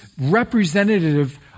representative